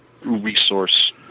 resource